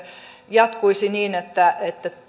jatkuisi niin että